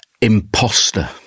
Imposter